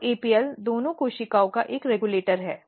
तो APL दोनों कोशिकाओं का एक रेगुलेटर है